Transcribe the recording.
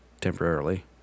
temporarily